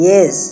Yes